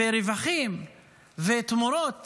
רווחים ותמורות